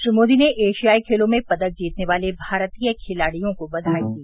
श्री मोदी ने एशियाई खेलों में पदक जीतने वाले भारतीय खिलाड़ियों को बवाई दी